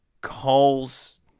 calls